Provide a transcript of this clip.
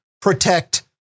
protect